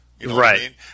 Right